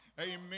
amen